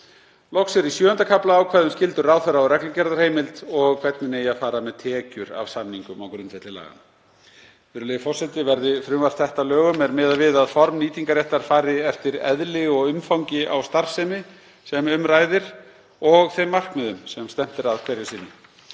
Loks eru í VII. kafla ákvæði um skyldur ráðherra og reglugerðarheimild og hvernig fara eigi með tekjur af samningum á grundvelli laganna. Virðulegi forseti Verði frumvarp þetta að lögum er miðað við að form nýtingarréttar fari eftir eðli og umfangi á starfsemi sem um ræðir og þeim markmiðum sem stefnt er að hverju sinni.